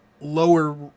lower